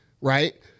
Right